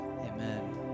Amen